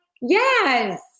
Yes